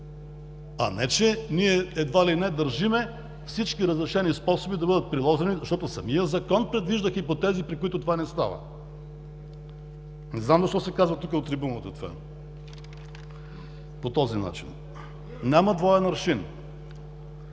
а не че ние едва ли не държим всички разрешени способи да бъдат приложени, защото самият Закон предвижда хипотези, при които това не става. Не знам защо се казва тук от трибуната това по този начин?! Няма двоен аршин!